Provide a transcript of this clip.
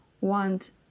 want